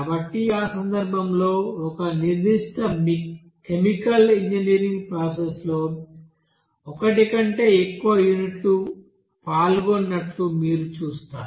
కాబట్టి ఆ సందర్భంలో ఒక నిర్దిష్ట మికల్ ఇంజనీరింగ్ ప్రాసెస్ లో ఒకటి కంటే ఎక్కువ యూనిట్లు పాల్గొన్నట్లు మీరు చూస్తారు